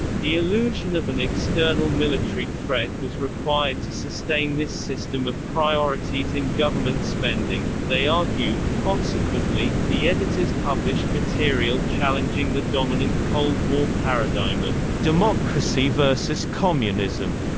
the illusion of an external military threat was required to sustain this system of priorities in government spending, they argued consequently, the editors published material challenging the dominant cold war paradigm of democracy versus communism.